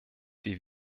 wir